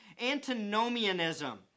antinomianism